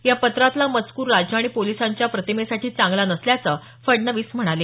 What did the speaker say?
या पत्रातला मजकूर राज्य आणि पोलिसांच्या प्रतिमेसाठी चांगला नसल्याचं फडणवीस म्हणाले